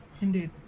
Indeed